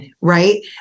right